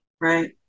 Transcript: right